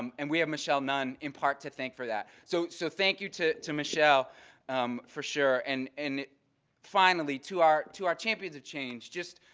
um and we have michelle nunn in part to thank for that. so so thank you to to michelle um for sure. and finally to our to our champions of change, just,